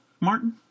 Martin